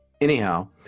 Anyhow